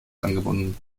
angebunden